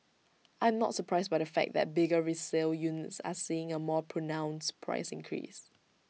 I am not surprised by the fact that bigger resale units are seeing A more pronounced price increase